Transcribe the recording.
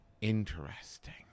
Interesting